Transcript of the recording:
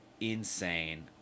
insane